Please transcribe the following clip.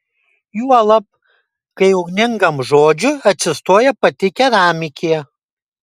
juolab kai ugningam žodžiui atsistoja pati keramikė